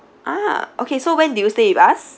ah okay so when did you stay with us